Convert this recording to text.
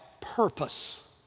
purpose